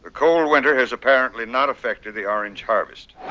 ah cold winter has apparently not affected the orange harvest